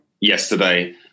yesterday